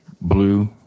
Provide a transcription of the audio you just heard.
blue